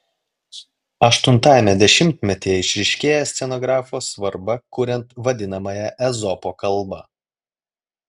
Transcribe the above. aštuntajame dešimtmetyje išryškėja scenografo svarba kuriant vadinamąją ezopo kalbą